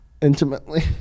Intimately